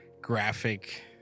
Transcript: graphic